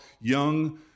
young